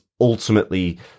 ultimately